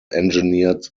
engineered